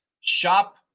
shop